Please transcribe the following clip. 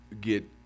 get